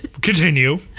Continue